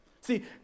See